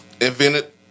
Invented